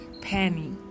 Penny